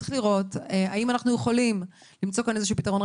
צריך לראות האם אנחנו יכולים למצוא כאן איזשהו פתרון.